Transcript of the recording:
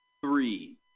Three